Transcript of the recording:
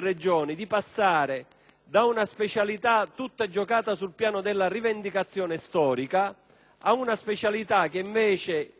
Regioni di passare da una specialità tutta giocata sul piano della rivendicazione storica ad una specialità che, invece, investa con coraggio sul piano della progettualità,